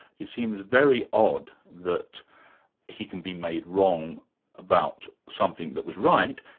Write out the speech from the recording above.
it seems very odd that he can be made wrong about something that was right,